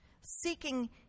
Seeking